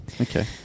okay